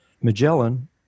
Magellan